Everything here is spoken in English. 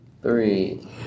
Three